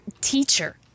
teacher